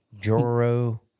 Joro